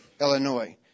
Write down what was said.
Illinois